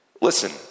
Listen